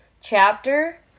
chapter